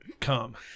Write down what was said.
come